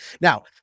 Now